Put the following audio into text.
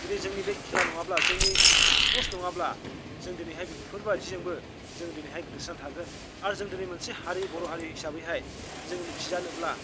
दिनै जोंनि बे खेला नङाब्ला जोंनि स्पर्टस नङाब्ला जों दिनैहाय बेफोर बायदिजोंबो जों दिनैहाय गोदोसोनानै थागोन आरो जों दिनै मोनसे हारि बर' हारि हिसाबैहाय जोङो मिथिजानोब्ला